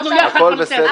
אנחנו יחד בנושא הזה.